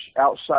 outside